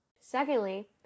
Secondly